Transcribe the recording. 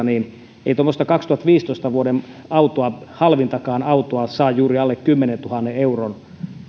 niin ei tuommoista vuoden kaksituhattaviisitoista autoa halvintakaan autoa saa juuri alle kymmenentuhannen euron